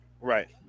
right